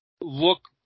look